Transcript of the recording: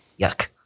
Yuck